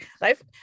life